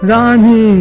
Rani